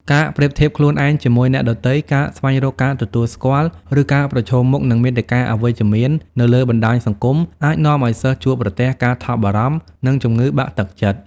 ការប្រៀបធៀបខ្លួនឯងជាមួយអ្នកដទៃ ការស្វែងរកការទទួលស្គាល់ ឬការប្រឈមមុខនឹងមាតិកាអវិជ្ជមាននៅលើបណ្ដាញសង្គមអាចនាំឱ្យសិស្សជួបប្រទះ ការថប់បារម្ភ និង ជំងឺបាក់ទឹកចិត្ត។